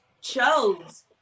chose